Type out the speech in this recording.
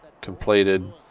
completed